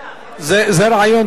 זה רעיון טוב דווקא.